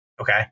Okay